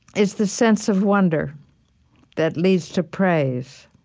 is the sense of wonder that leads to praise.